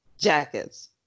jackets